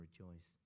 rejoice